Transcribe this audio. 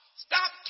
Stop